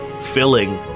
filling